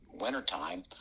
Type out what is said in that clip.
wintertime